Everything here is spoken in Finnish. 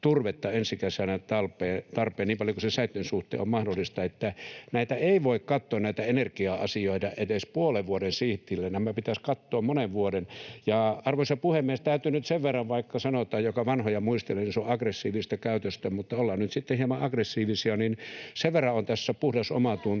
ensi kesänä talteen, niin paljon kuin se säiden suhteen on mahdollista. Näitä energia-asioita ei voi katsoa edes puolen vuoden sihdillä, nämä pitäisi katsoa monen vuoden. Arvoisa puhemies! Täytyy nyt sen verran sanoa — vaikka sanotaan, että joka vanhoja muistelee, se on aggressiivista käytöstä, mutta ollaan nyt sitten hieman aggressiivisia — että sen verran on tässä puhdas omatunto,